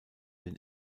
den